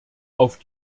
auf